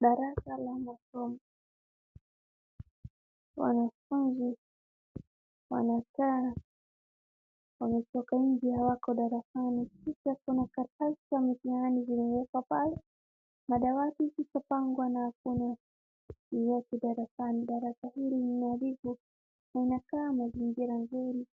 Darasa la masomo. Wanafunzi wanakaa wametoka nje, hawako darasani, kisha kuna karatasi za mitihani zimewekwa pale, madawati yamepangwa na hakuna yeyote darasani. Darasa hili ni maarufu na linakaa mazingira nzuri